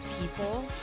people